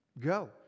go